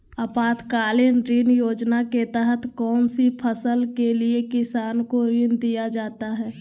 आपातकालीन ऋण योजना के तहत कौन सी फसल के लिए किसान को ऋण दीया जाता है?